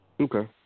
Okay